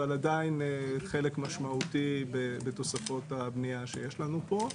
אבל עדיין חלק משמעותי בתוספות הבנייה שיש לנו פה.